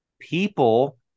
People